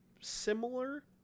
similar